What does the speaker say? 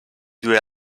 due